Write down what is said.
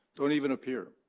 bdon't even appear.